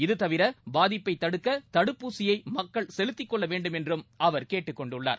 இது தவிர பாதிப்பை தடுக்க தடுப்பூசியை மக்கள் செலுத்திக்கொள்ள வேண்டும் என்றும் அவர் கேட்டுக்கொண்டுள்ளார்